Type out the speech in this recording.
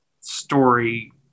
story